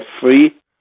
free